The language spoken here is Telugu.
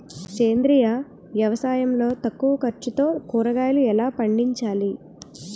సేంద్రీయ వ్యవసాయం లో తక్కువ ఖర్చుతో కూరగాయలు ఎలా పండించాలి?